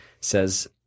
says